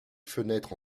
fenêtres